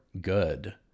good